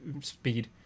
speed